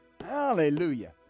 Hallelujah